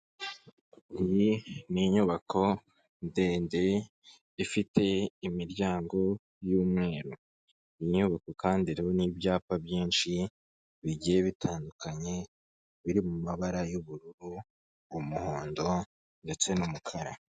Iyi ni inyubako ndende ifite imiryango y'umweru. Inyubako kandi iriho n'ibyapa byinshi bigiye bitandukanye biri mu mabara y'ubururu, umuhondo ndetse n'umukara.